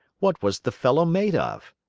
what was the fellow made of?